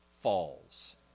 falls